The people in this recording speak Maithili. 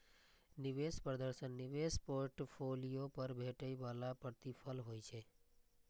निवेश प्रदर्शन निवेश पोर्टफोलियो पर भेटै बला प्रतिफल होइ छै